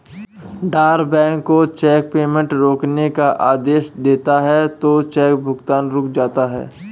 drawer bank को cheque payment रोकने का आदेश देता है तो चेक भुगतान रुक जाता है